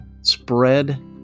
spread